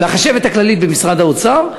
לחשבת הכללית במשרד האוצר,